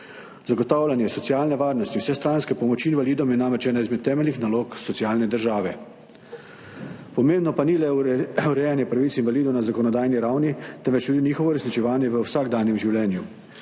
Zagotavljanje socialne varnosti, vsestranske pomoči invalidom je namreč ena izmed temeljnih nalog socialne države. Pomembno pa ni le urejanje pravic invalidov na zakonodajni ravni, temveč tudi njihovo uresničevanje v vsakdanjem življenju.